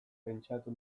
pentsatu